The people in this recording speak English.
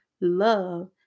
love